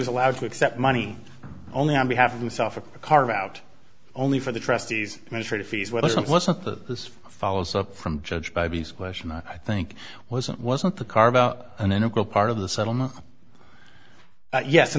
was allowed to accept money only on behalf of myself to carve out only for the trustees fees wasn't wasn't that this follows up from judge by b s question i think wasn't wasn't the car about an integral part of the settlement yes and